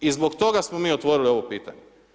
I zbog toga smo mi otvorili ovo pitanje.